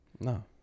No